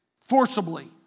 forcibly